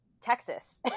Texas